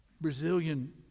Brazilian